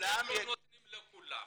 -- אתם לא נותנים לכולם.